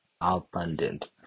abundant